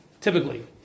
typically